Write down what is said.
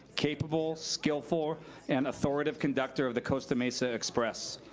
capable, skillful, and authoritative conductor of the costa mesa express.